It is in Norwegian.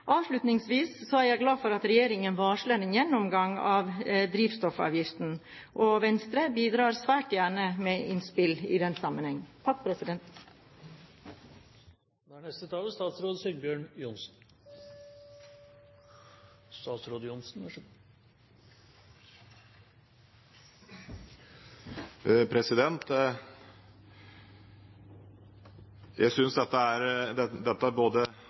Avslutningsvis: Jeg er glad for at regjeringen varsler en gjennomgang av drivstoffavgiftene, og Venstre bidrar svært gjerne med innspill i den sammenheng. Jeg synes dette både er og har vært en veldig god debatt. Jeg blir mer og mer overbevist om hvor viktig det er